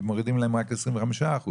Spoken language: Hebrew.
מורידים להם רק 25%,